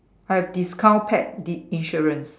have discount pet the insurance